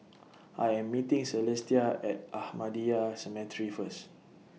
I Am meeting Celestia At Ahmadiyya Cemetery First